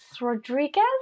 Rodriguez